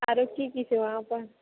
आरो की की छै वहाँ पर